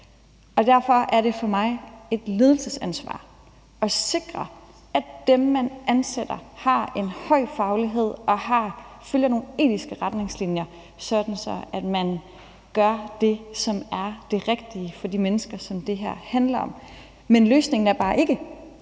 Derfor er det for mig et ledelsesansvar at sikre, at dem, man ansætter, har en høj faglighed og følger nogle etiske retningslinjer, sådan at de gør det, der er det rigtige for de mennesker, som det her handler om. Men løsningen er bare ikke